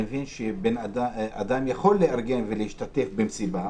אני מבין שאדם יכול לארגן ולהשתתף במסיבה,